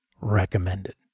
recommended